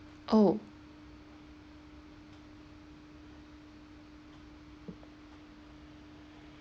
oh